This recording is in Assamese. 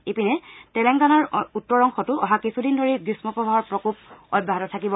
ইপিনে তেলেংগানাৰ উত্তৰ অংশটো অহা কিছুদিন ধৰি গ্ৰীমপ্ৰৱাহৰ প্ৰকোপ অব্যাহত থাকিব